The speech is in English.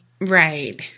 Right